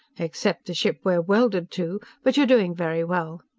except the ship we're welded to! but you are doing very well.